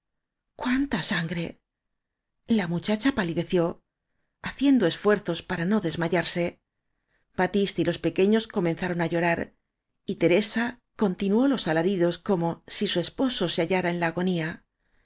cuánta sangre la muchacha palideció haciendo esfuerzos para no desmayarse batiste y los pequeños comenzaron á llorar y teresa continuó los alaridos como si su esposo se ha llara en la agonía